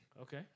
Okay